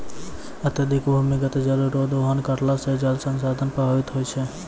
अत्यधिक भूमिगत जल रो दोहन करला से जल संसाधन प्रभावित होय छै